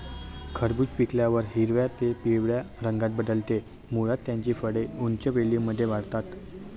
खरबूज पिकल्यावर हिरव्या ते पिवळ्या रंगात बदलते, मुळात त्याची फळे उंच वेलींमध्ये वाढतात